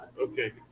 Okay